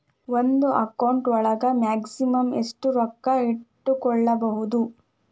ಒಂದು ಅಕೌಂಟ್ ಒಳಗ ಮ್ಯಾಕ್ಸಿಮಮ್ ಎಷ್ಟು ರೊಕ್ಕ ಇಟ್ಕೋಬಹುದು?